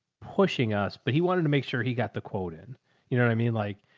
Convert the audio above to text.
pushing us, but he wanted to make sure he got the quote in, you know what i mean? like,